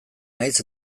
naiz